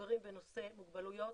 ומבוגרים בנושא מוגבלויות,